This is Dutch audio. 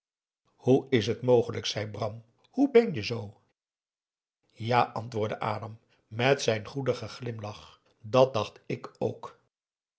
hoe is het mogelijk zei bram hoe ben je z ja antwoordde adam met zijn goedigen glimlach dat dacht ik ook